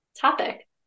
topic